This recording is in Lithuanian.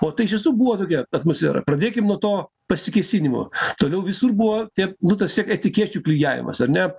o tai iš tiesų buvo tokia atmosfera pradėkim nuo to pasikėsinimo toliau visur buvo tie nu tas vis tiek etikečių klijavimas ar ne